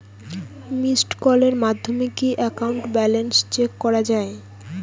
Missed কলের মাধ্যমে কি একাউন্ট ব্যালেন্স চেক করা যায়?